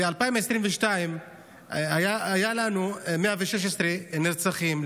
ב-2022 היו לנו 116 נרצחים,